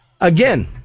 Again